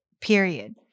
period